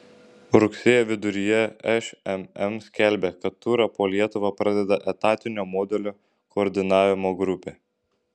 rugsėjo viduryje šmm skelbė kad turą po lietuvą pradeda etatinio modelio koordinavimo grupė